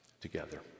together